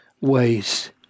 ways